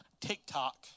TikTok